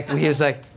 and he was like,